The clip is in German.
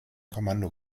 kommando